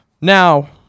Now